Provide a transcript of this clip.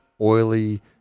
oily